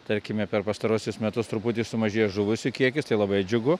tarkime per pastaruosius metus truputį sumažėjo žuvusių kiekis tai labai džiugu